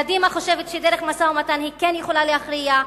קדימה חושבת שדרך משא-ומתן היא כן יכולה להכריע,